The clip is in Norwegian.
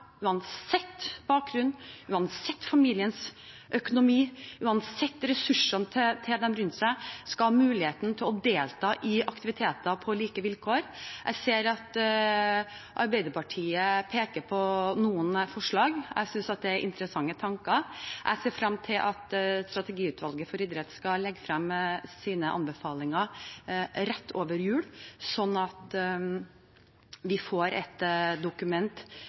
uansett bakgrunn, uansett familiens økonomi, uansett ressursene til dem som er rundt seg – å delta i aktiviteter på like vilkår. Jeg ser at Arbeiderpartiet peker på noen forslag. Jeg synes det er interessante tanker. Jeg ser fram til at Strategiutvalget for idrett skal legge fram sine anbefalinger rett over jul, slik at vi får et dokument